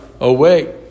away